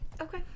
Okay